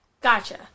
Gotcha